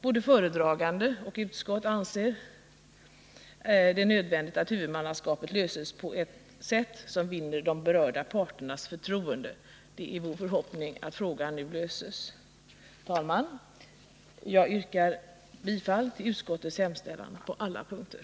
Både föredragande och utskott anser det nödvändigt att frågan om huvudmannaskapet löses på ett sätt som vinner de berörda parternas förtroende. Det är vår förhoppning att frågan nu löses. Herr talman! Jag yrkar bifall till utskottets hemställan på alla punkter.